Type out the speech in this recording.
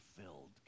filled